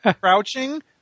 crouching